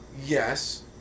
Yes